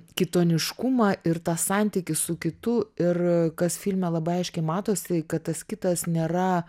kitoniškumą ir tą santykį su kitu ir kas filme labai aiškiai matosi kad tas kitas nėra